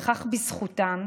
וכך, בזכותם,